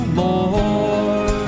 more